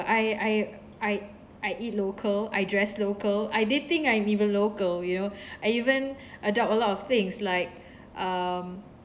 I I I I eat local I dress local I did think that I'm even local you know I even adopt a lot of things like um